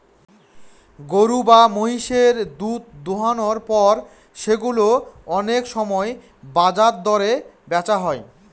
গরু বা মহিষের দুধ দোহানোর পর সেগুলো অনেক সময় বাজার দরে বেচা হয়